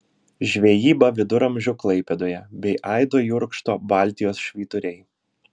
žvejyba viduramžių klaipėdoje bei aido jurkšto baltijos švyturiai